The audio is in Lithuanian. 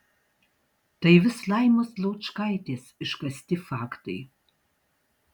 tai vis laimos laučkaitės iškasti faktai